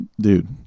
Dude